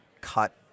cut